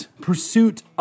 pursuit